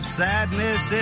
sadness